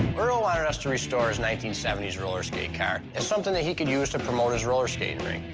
earl wanted us to restore his nineteen seventy s roller skate car. it's something that he could use to promote his roller skating rink.